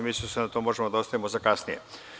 Mislio sam da to možemo da ostavimo za kasnije.